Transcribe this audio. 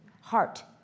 Heart